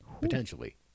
Potentially